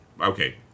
Okay